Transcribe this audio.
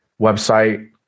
website